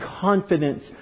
confidence